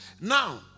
Now